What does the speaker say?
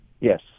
Yes